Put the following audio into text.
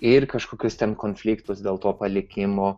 ir kažkokius ten konfliktus dėl to palikimo